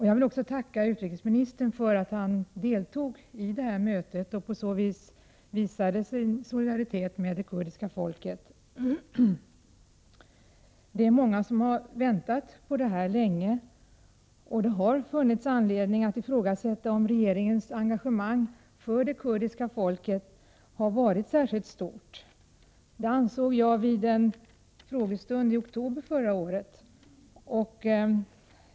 Jag vill även tacka utrikesministern för att han deltog i ett sådant möte och på så vis visade sin solidaritet med det kurdiska folket. Många hade väntat på det länge. Det har funnits anledning att ifrågasätta om regeringens engagemang för det kurdiska folket har varit särskilt stort. Jag ifrågasatte det vid en frågestund i oktober förra året.